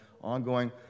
ongoing